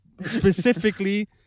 specifically